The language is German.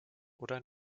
oder